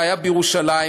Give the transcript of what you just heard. היה בירושלים,